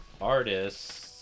artists